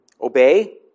Obey